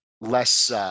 less –